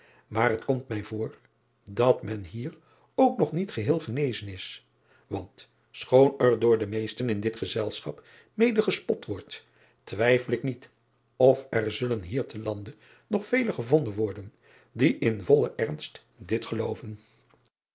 maar het komt mij voor dat men hier ook nog niet geheel genezen is want schoon er door de meesten in dit gezelschap mede gespot wordt twijfel ik niet of er zullen hier te lande nog vele gevonden worden die in vollen ernst dit gelooven